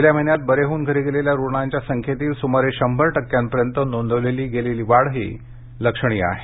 गेल्या महिन्यात बरे होऊन घरी गेलेल्या रुग्णांच्या संख्येतील सुमारे शंभर टक्क्यांपर्यंत नोंदवली गेलेली वाढही लक्षणीय आहे